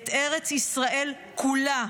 את ארץ ישראל כולה,